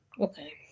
Okay